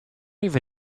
even